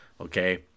Okay